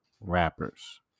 rappers